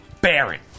Baron